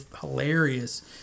hilarious